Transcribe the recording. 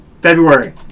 February